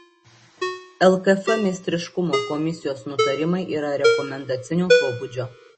lkf meistriškumo komisijos nutarimai yra rekomendacinio pobūdžio